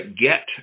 get